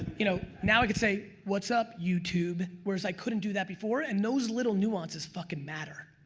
you know now i could say what's up youtube? whereas i couldn't do that before and those little nuances fuckin' matter.